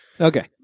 okay